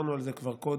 ודיברנו על זה כבר קודם,